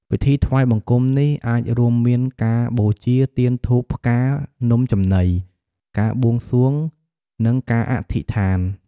ពិធីថ្វាយបង្គំនេះអាចរួមមានការបូជា ទៀន ធូប ផ្កា នំចំណី ការបួងសួង និងការអធិដ្ឋាន។